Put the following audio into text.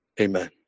Amen